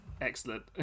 Excellent